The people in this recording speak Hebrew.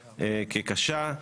כקשה.